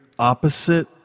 opposite